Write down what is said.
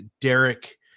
Derek